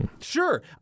Sure